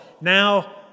now